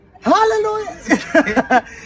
Hallelujah